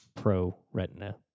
pro-retina